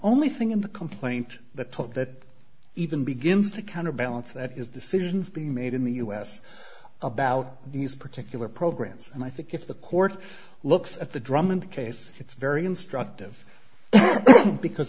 only thing in the complaint that took that even begins to counterbalance that is decisions being made in the us about these particular programs and i think if the court looks at the drum and case it's very instructive because